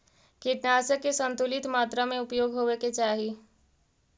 कीटनाशक के संतुलित मात्रा में उपयोग होवे के चाहि